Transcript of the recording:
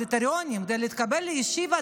קריטריונים; כדי להתקבל לישיבה,